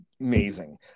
amazing